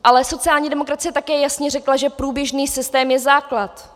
Ale sociální demokracie také jasně řekla, že průběžný systém je základ.